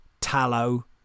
tallow